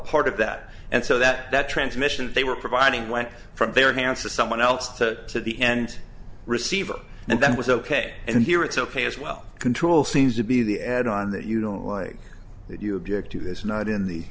part of that and so that that transmission that they were providing went from their hands to someone else to the end receiver and that was ok and here it's ok as well control seems to be the add on that you don't like that you object to this not in the